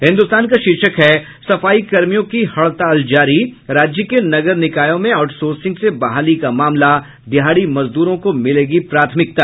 हिन्दुस्तान का शीर्षक है सफाईकर्मियों की हड़ताल जारी राज्य के नगर निकायों में आउटसोर्सिंग से बहाली का मामला दिहाड़ी मजदूरों को मिलेगी प्राथमिकता